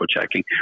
checking